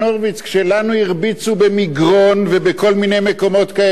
כשלנו הרביצו במגרון ובכל מיני מקומות כאלה,